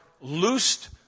loosed